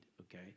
okay